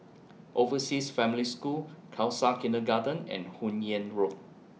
Overseas Family School Khalsa Kindergarten and Hun Yeang Road